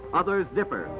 others differ.